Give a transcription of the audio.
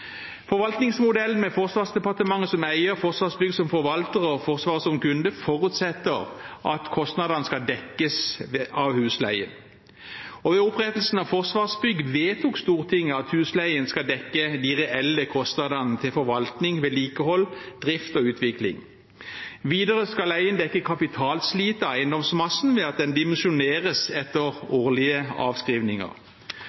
Forvaltningsmodellen med Forsvarsdepartementet som eier, Forsvarsbygg som forvalter og Forsvaret som kunde forutsetter at kostnadene skal dekkes av husleien. Ved opprettelsen av Forsvarsbygg vedtok Stortinget at husleien skal dekke de reelle kostnadene til forvaltning, vedlikehold, drift og utvikling. Videre skal leien dekke kapitalslitet av eiendomsmassen ved at den dimensjoneres etter